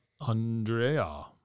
Andrea